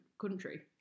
country